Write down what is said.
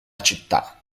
città